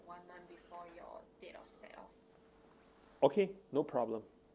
okay no problem